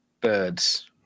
birds